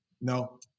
No